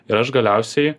ir aš galiausiai